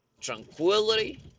tranquility